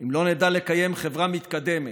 אם לא נדע לקיים חברה מתקדמת,